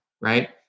right